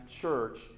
church